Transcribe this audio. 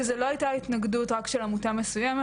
שזו לא הייתה התנגדות רק של עמותה מסוימת.